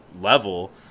level